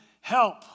help